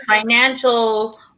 financial